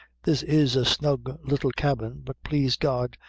this is a snug little cabin but, plaise god,